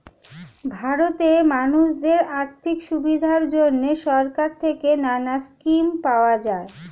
ভারতে মানুষদের আর্থিক সুবিধার জন্যে সরকার থেকে নানা স্কিম পাওয়া যায়